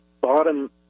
bottom